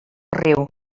riu